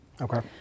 Okay